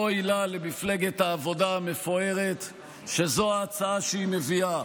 אוי לה למפלגת העבודה המפוארת שזו ההצעה שהיא מביאה,